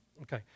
Okay